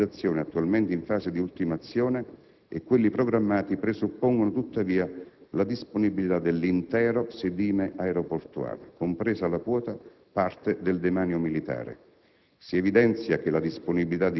Gli interventi in corso di realizzazione, attualmente in fase di ultimazione, e quelli programmati presuppongono, tuttavia, la disponibilità dell'intero sedime aeroportuale, compresa la quota parte del demanio militare.